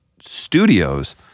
studios